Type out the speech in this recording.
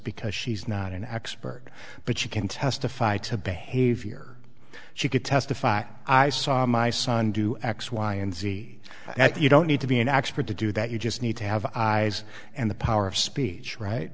because she's not an expert but she can testify to behavior she could testify i saw my son do x y and z that you don't need to be an expert to do that you just need to have eyes and the power of speech right